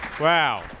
Wow